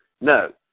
No